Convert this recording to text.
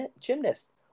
gymnast